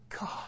God